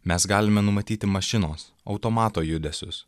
mes galime numatyti mašinos automato judesius